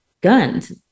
guns